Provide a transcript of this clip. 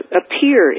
appear